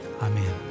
Amen